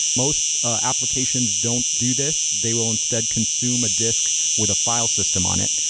most applications don't do this. they will instead consume a disk with a file system on it.